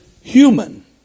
human